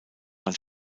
man